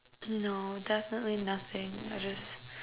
no definitely nothing I just